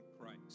Christ